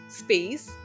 space